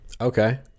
okay